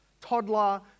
toddler